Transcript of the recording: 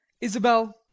Isabel